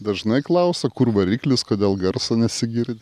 dažnai klausia kur variklis kodėl garso nesigirdi